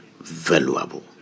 valuable